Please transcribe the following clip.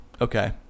okay